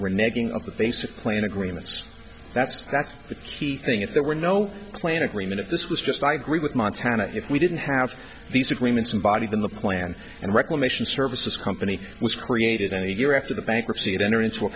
of the basic plan agreements that's that's the key thing if there were no plan agreement if this was just i agree with montana if we didn't have these agreements in body then the plan and reclamation services company was created in the year after the bankruptcy to enter into a